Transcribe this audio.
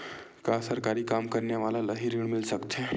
का सरकारी काम करने वाले ल हि ऋण मिल सकथे?